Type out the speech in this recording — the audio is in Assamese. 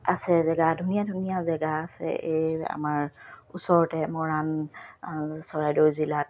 আছে জেগা ধুনীয়া ধুনীয়া জেগা আছে এই আমাৰ ওচৰতে মৰাণ চৰাইদেউ জিলাত